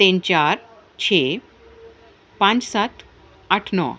ਤਿੰਨ ਚਾਰ ਛੇ ਪੰਜ ਸੱਤ ਅੱਠ ਨੌ